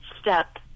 step